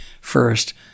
first